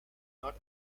not